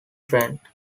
trent